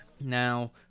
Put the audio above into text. Now